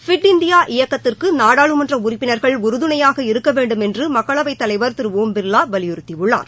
fit India இயக்கத்திற்கு நாடாளுமன்ற உறுப்பினர்கள் உறுதுணையாக இருக்க வேண்டுமென்று மக்களவைத் தலைவர் திரு ஓம் பிர்லா வலியுறுத்தியுள்ளார்